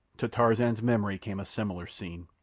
to tarzan's memory came a similar scene,